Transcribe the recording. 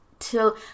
till